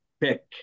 pick